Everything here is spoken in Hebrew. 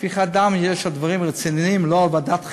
שפיכת דם יש על דברים רציניים, לא על ועדת חקירה.